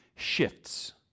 shifts